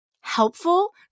helpful